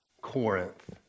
Corinth